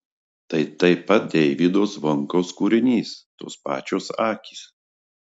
tai taip pat deivydo zvonkaus kūrinys tos pačios akys